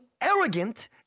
arrogant